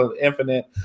Infinite